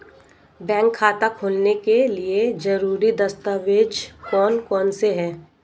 Bank खाता खोलने के लिए ज़रूरी दस्तावेज़ कौन कौनसे हैं?